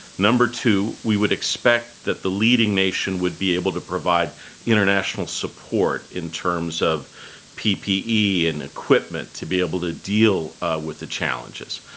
number two, we would expect that the leading nation would be able to provide international support in terms of ppe and equipment, to be able to deal with the challenges.